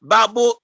Babu